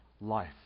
life